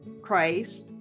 Christ